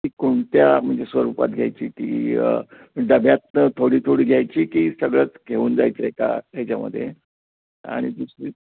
ती कोणत्या म्हणजे स्वरूपात घ्यायची ती डब्यात थोडी थोडी घ्यायची की सगळंच घेऊन जायचं एका ह्याच्यामध्ये आणि दुसरी